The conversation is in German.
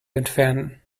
entfernen